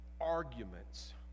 arguments